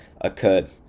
occurred